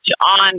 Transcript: on